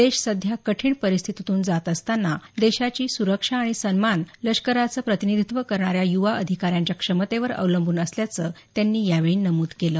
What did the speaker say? देश सध्या कठीण परिस्थीतून जात असताना देशाची सुरक्षा आणि सन्मान लष्काराचं प्रतिनिधित्त्व करणाऱ्या युवा अधिकाऱ्यांच्या क्षमतेवर अवलंबून असल्याचं त्यांनी यावेळी नमुद केलं